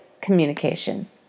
communication